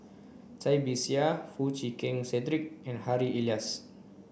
Cai Bixia Foo Chee Keng Cedric and Harry Elias